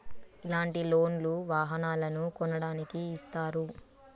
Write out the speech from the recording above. ఇలాంటి లోన్ లు వాహనాలను కొనడానికి ఇస్తారు